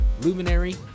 Luminary